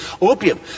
opium